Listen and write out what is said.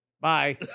Bye